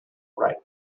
right